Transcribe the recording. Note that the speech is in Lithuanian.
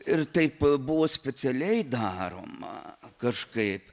ir taip buvo specialiai daroma kažkaip